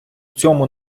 цьому